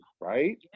right